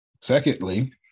Secondly